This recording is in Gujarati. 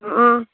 હા